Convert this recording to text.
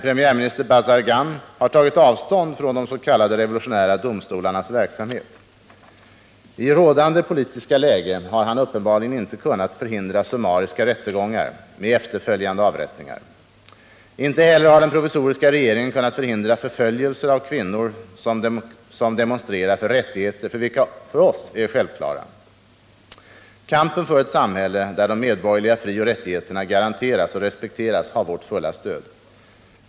Premiärminister Bazargan har tagit avstånd från de s.k. revolutionära domstolarnas verksamhet. I rådande politiska läge har han uppenbarligen inte kunnat förhindra summariska rättegångar med efterföljande avrättningar. Ej heller har den provisoriska regeringen kunnat förhindra förföljelser av kvinnor som demonstrerar för rättigheter, vilka för oss är självklara. Kampen för ett samhälle där de medborgerliga frioch rättigheterna garanteras och respekteras har vårt fulla stöd.